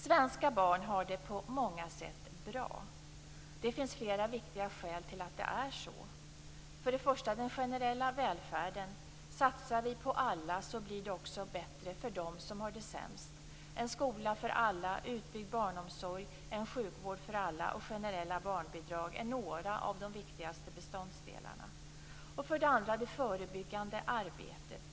Svenska barn har det på många sätt bra. Det finns flera viktiga skäl till att det är så. Det första skälet är den generella välfärden. Om vi satsar på alla, blir det också bättre för dem som har det sämst. En skola för alla, utbyggd barnomsorg, en sjukvård för alla och generella barnbidrag är några av de viktigaste beståndsdelarna. Det andra skälet är det förebyggande arbetet.